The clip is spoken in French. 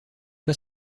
pas